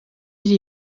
iri